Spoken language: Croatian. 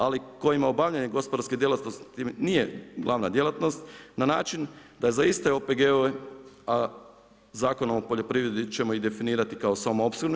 Ali, kojima obavljanje gospodarskim djelatnosti nije glavna djelatnost, na način da za iste OPG-ove Zakon o poljoprivredi ćemo i definirati kao … OPG.